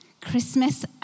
Christmas